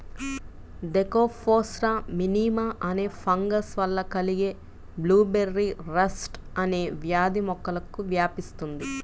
Thekopsora minima అనే fungus వల్ల కలిగే బ్లూబెర్రీ రస్ట్ అనే వ్యాధి మొక్కలకు వ్యాపిస్తుంది